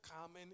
common